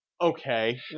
Okay